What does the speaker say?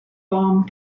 bomb